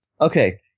Okay